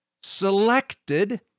selected